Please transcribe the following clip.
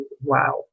wow